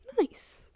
nice